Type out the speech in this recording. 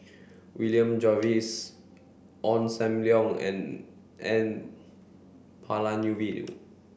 William Jervois Ong Sam Leong and N Palanivelu